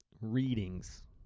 readings